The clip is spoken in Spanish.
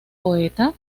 poeta